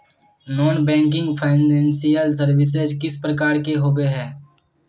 Non banking financial services किस प्रकार के होबे है?